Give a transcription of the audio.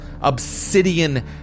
obsidian